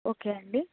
okay అండి